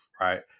right